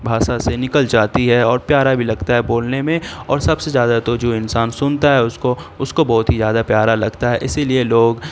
بھاشا سے نکل جاتی ہے اور پیارا بھی لگتا ہے بولنے میں اور سب سے زیادہ تو جو انسان سنتا ہے اس کو اس کو بہت ہی زیادہ پیارا لگتا ہے اسی لیے لوگ